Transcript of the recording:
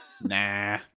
Nah